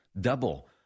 Double